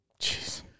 Jeez